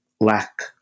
lack